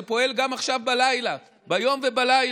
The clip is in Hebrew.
זה פועל גם עכשיו, בלילה, ביום ובלילה,